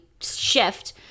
shift